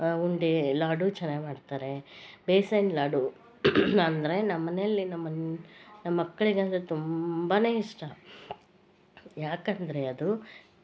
ಉಂಡೆ ಲಾಡೂ ಚೆನ್ನಾಗಿ ಮಾಡ್ತಾರೆ ಬೇಸನ್ ಲಾಡು ಅಂದರೆ ನಮ್ಮನೇಲಿ ನಮ್ಮ ಮಕ್ಕಳಿಗಂತೂ ತುಂಬಾನೆ ಇಷ್ಟ ಯಾಕಂದರೆ ಅದು